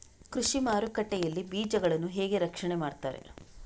ಕೃಷಿ ಮಾರುಕಟ್ಟೆ ಯಲ್ಲಿ ಬೀಜಗಳನ್ನು ಹೇಗೆ ರಕ್ಷಣೆ ಮಾಡ್ತಾರೆ?